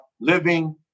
living